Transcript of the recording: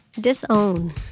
Disown